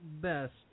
best